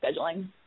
scheduling